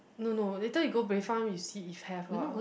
no no later you go Bayfront we see if have lor